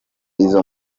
izo